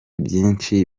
byinshi